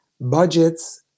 budgets